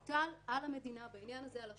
מוטל על המדינה, בעניין הזה על השוטר.